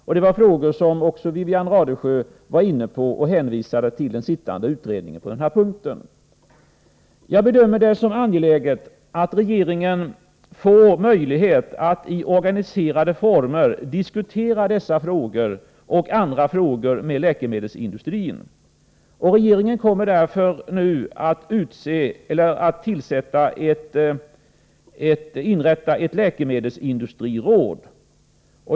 Också Wivi-Anne Radesjö var inne på dessa frågor, och hon hänvisade till den pågående utredningen på denna punkt. Jag bedömer det som angeläget att regeringen får möjlighet att i organiserade former diskutera dessa och andra frågor med läkemedelsindustrin. Regeringen kommer därför nu att inrätta ett läkemedelsindustriråd.